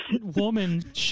woman